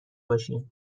باشین